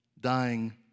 dying